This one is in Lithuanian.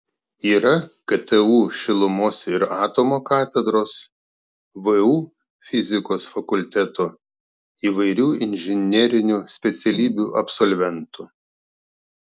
yra ktu šilumos ir atomo katedros vu fizikos fakulteto įvairių inžinerinių specialybių absolventų